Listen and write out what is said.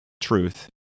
truth